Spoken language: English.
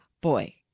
boy